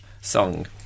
song